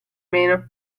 meno